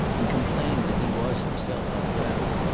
and complained that he was himself unwell.